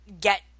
get